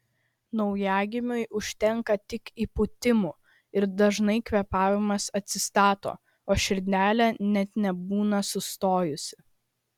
naujagimiui užtenka tik įpūtimų ir dažnai kvėpavimas atsistato o širdelė net nebūna sustojusi